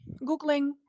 googling